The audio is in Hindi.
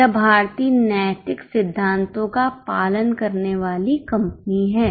यह भारतीय नैतिक सिद्धांतों का पालन करने वाली कंपनी हैं